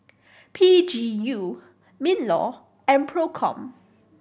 P G U MinLaw and Procom